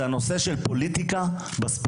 מהכול הוא נושא של פוליטיקה בספורט.